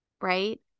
right